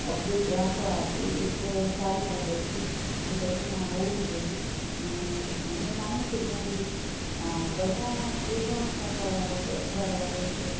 update રાખવા એ એક સારી બાબત છે જે બધામાં હોવી જોઈએ અને હું માનું છું ત્યાં સુધી બધા જે પણ અમુક છાપાઓ આવે છે અખબારો આવે છે